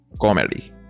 comedy